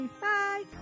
Bye